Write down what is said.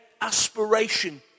aspiration